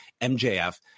MJF